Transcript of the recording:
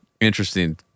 interesting